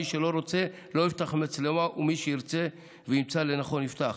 מי שלא רוצה לא יפתח מצלמה ומי שירצה וימצא לנכון יפתח.